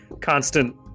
constant